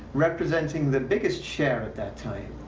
representing the biggest share at that time,